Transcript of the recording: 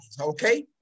okay